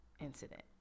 incident